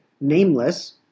nameless